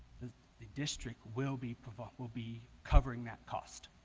the district will be but but will be covering that cost